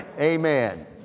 Amen